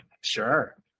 sure